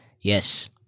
Yes